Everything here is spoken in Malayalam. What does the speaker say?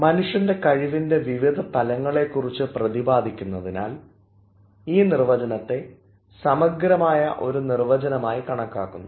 മനുഷ്യൻറെ കഴിവിൻറെ വിവിധ തലങ്ങളെ കുറിച്ച് പ്രതിപാദിക്കുന്നതിനാൽ ഈ നിർവചനത്തെ സമഗ്രമായ ഒരു നിർവ്വചനമായി കണക്കാക്കുന്നു